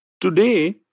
Today